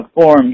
forms